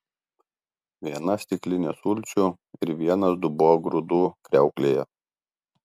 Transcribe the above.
viena stiklinė sulčių ir vienas dubuo grūdų kriauklėje